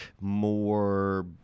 more